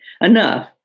enough